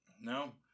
No